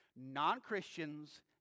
Non-Christians